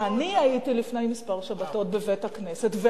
אני הייתי לפני כמה שבתות בבית-הכנסת,